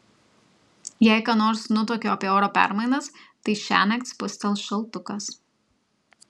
jei ką nors nutuokiu apie oro permainas tai šiąnakt spustels šaltukas